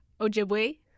Ojibwe